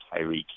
Tyreek